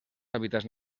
hàbitats